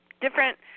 different